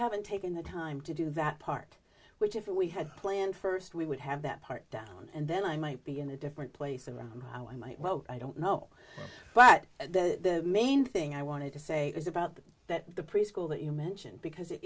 haven't taken the time to do that part which if we had planned first we would have that part down and then i might be in a different place around how i might well i don't know but the main thing i wanted to say is about the that the preschool that you mentioned because